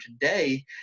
today